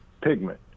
pigment